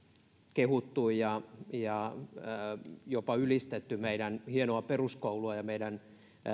kehuttu ja ja jopa ylistetty meidän hienoa peruskoulua ja meidän